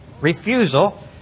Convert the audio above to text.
refusal